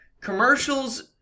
commercials –